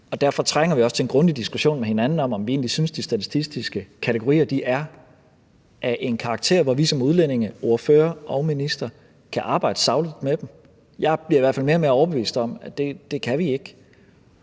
derfor trænger vi også til en grundig diskussion med hinanden om, om vi egentlig synes, at de statistiske kategorier er af en karakter, hvor vi som udlændingeordførere og minister kan arbejde sagligt med dem. Jeg bliver i hvert fald mere og mere overbevist om, at det kan vi ikke.